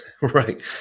right